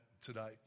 today